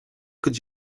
could